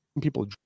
people